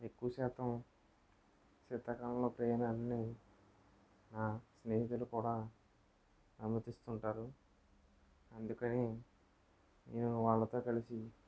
ఎక్కువ శాతం శీతాకాలంలో ప్రయాణాలు అన్ని నా స్నేహితులు కూడా అనుమతిస్తూ ఉంటారు అందుకని నేను వాళ్లతో కలిసి